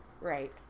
Right